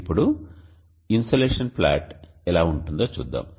ఇప్పుడు insolation plot ఎలా ఉంటుందో చూద్దాం